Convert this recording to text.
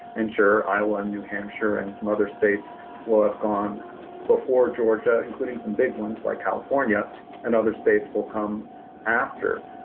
enter iowa and new hampshire and some other states will have gone before georgia, including some big ones like california and other states will come after.